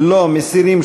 נדלג.